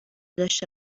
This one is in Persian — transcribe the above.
داشته